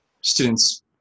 students